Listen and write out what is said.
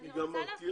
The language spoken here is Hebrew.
היא גם מרתיעה.